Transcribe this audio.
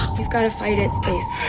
you've gotta fight it, stace.